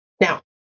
Now